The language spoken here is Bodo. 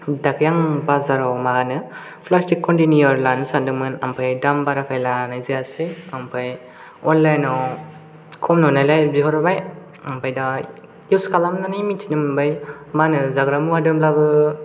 दाखालि आं बाजाराव मा होनो प्लास्टिक कन्टेनियार लानो सानदोंमोन ओमफ्राय दाम बाराखाय लानाय जायासै ओमफ्राय अनलाइनाव खम नुनायलाय बिहरबाय ओमफ्राय दा युस खालामनानै मिन्थिनो मोनबाय मा होनो जाग्रा मुवा दोनब्लाबो